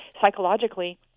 psychologically